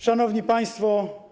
Szanowni Państwo!